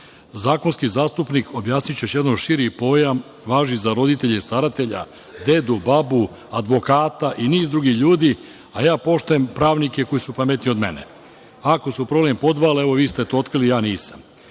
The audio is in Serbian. vama. Zakonski zastupnik, objasniću još jednom širi pojam, važi za roditelje, staratelja, dedu, babu, advokata i niz drugih ljudi, a ja poštujem pravnike koji su pametniji od mene. Ako su probali da mi podvale, evo vi ste to otkrili, ja nisam. Kada